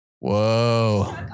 Whoa